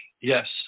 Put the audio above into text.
Yes